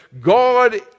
God